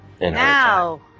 Now